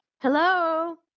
Hello